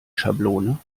schablone